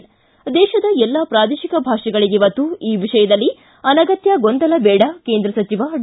ಿ ದೇಶದ ಎಲ್ಲ ಪ್ರಾದೇಶಿಕ ಭಾಷೆಗಳಿಗೆ ಒತ್ತು ಈ ವಿಷಯದಲ್ಲಿ ಅನಗತ್ಯ ಗೊಂದಲ ಬೇಡ ಕೇಂದ್ರ ಸಚಿವ ಡಿ